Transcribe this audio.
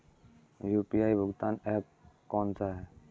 UPI भुगतान app कौन सा है?